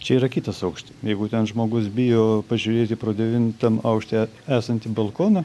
čia yra kitas aukštis jeigu ten žmogus bijo pažiūrėti pro devintam aukšte esantį balkoną